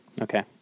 Okay